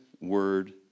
word